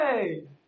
Hey